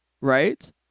right